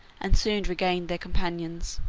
and soon regained their companions.